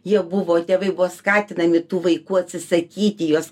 jie buvo tėvai buvo skatinami tų vaikų atsisakyti juos